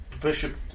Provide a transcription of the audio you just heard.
Bishop